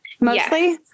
Mostly